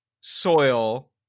soil